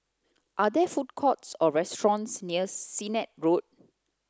are there food courts or restaurants near Sennett Road